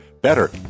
better